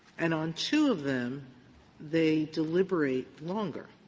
and on two of them they deliberate longer,